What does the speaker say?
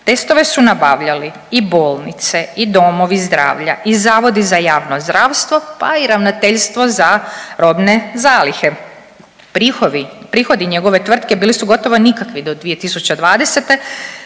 testove su nabavljali i bolnice i domovi zdravlja i Zavodi za javno zdravstvo, pa i Ravnateljstvo za robne zalihe. Prihodi njegove tvrtke bili su gotovo nikakvi do 2020.